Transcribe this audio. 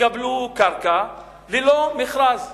יקבלו קרקע ללא מכרז.